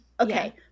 Okay